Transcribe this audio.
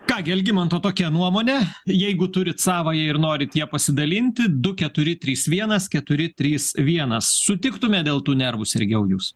ką gi algimanto tokia nuomonė jeigu turit savąją ir norit ja pasidalinti du keturi trys vienas keturi trys vienas sutiktumėt dėl tų nervų sergejau jūs